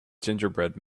gingerbread